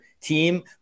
team